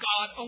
God